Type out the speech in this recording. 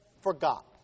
forgot